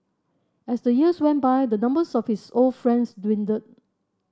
as the years went by the numbers of his old friends dwindled